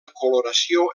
coloració